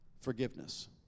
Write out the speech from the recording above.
forgiveness